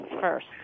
first